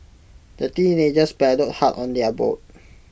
the teenagers paddled hard on their boat